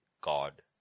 God